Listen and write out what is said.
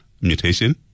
mutation